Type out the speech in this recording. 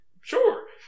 sure